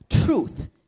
Truth